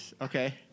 Okay